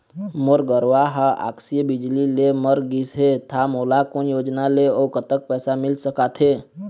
मोर गरवा हा आकसीय बिजली ले मर गिस हे था मोला कोन योजना ले अऊ कतक पैसा मिल सका थे?